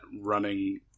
running